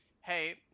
hey